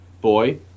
boy